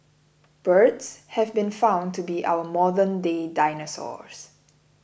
birds have been found to be our modernday dinosaurs